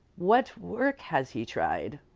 what work has he tried?